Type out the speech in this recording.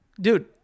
dude